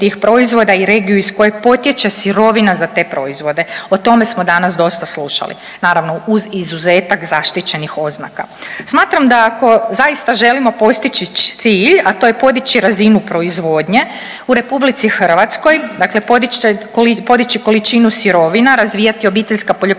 tih proizvoda i regiju iz koje potječe sirovina za te proizvode. O tome smo danas dosta slušali, naravno uz izuzetak zaštićenih oznaka. Smatram da ako zaista želimo postići cilj, a to je podići razinu proizvodnje u Republici Hrvatskoj, dakle podići količinu sirovina, razvijati obiteljska poljoprivredna